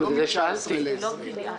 ומ-19' ל-20'.